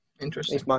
Interesting